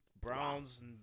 Browns